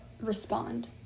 respond